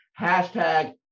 hashtag